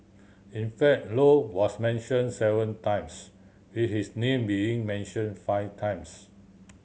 in fact Low was mentioned seven times with his name being mentioned five times